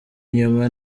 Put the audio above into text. inyuma